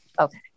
Okay